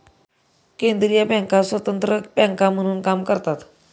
केंद्रीय बँका स्वतंत्र बँका म्हणून काम करतात